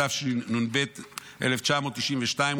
התשנ"ב 1992,